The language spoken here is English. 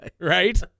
Right